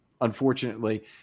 unfortunately